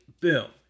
Boom